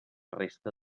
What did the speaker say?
resta